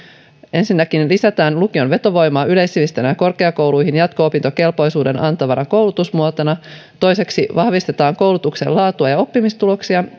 ensinnäkin lisätään lukion vetovoimaa yleissivistävänä korkeakouluihin jatko opintokelpoisuuden antavana koulutusmuotona toiseksi vahvistetaan koulutuksen laatua ja oppimistuloksia